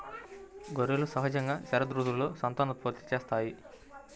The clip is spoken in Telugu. గొర్రెలు సహజంగా శరదృతువులో సంతానోత్పత్తి చేస్తాయి